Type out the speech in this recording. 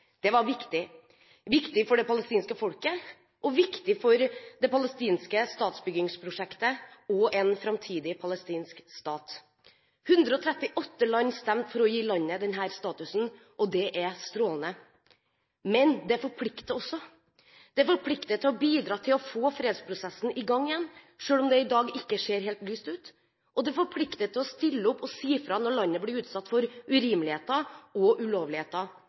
Det var viktig – viktig for det palestinske folket og viktig for det palestinske statsbyggingsprosjektet og en framtidig palestinsk stat. 138 land stemte for å gi landet denne statusen. Det er strålende, men det forplikter også. Det forplikter til å bidra til å få fredsprosessen i gang igjen, selv om det i dag ikke ser helt lyst ut, og det forplikter til å stille opp og si fra når landet blir utsatt for urimeligheter og ulovligheter